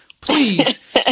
please